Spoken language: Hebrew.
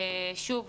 שוב,